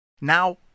now